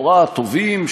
לכאורה הטובים,